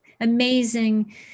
amazing